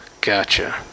Gotcha